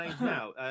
now